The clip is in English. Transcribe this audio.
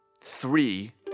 three